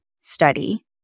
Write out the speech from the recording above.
study